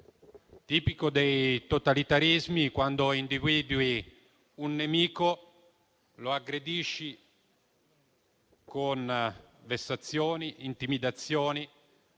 tipico dei totalitarismi: quando si individua un nemico, lo si aggredisce con vessazioni, intimidazioni